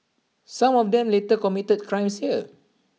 some of them later committed crimes here